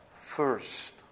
first